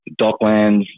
Docklands